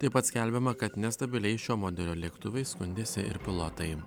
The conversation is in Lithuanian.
taip pat skelbiama kad nestabiliais šio modelio lėktuvais skundėsi ir pilotai